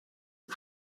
aux